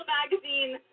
magazine